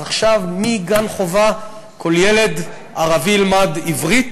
אז עכשיו, מגן-חובה כל ילד ערבי ילמד עברית.